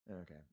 Okay